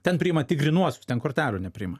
ten priima tik grynuosius ten kortelių nepriima